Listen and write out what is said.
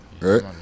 right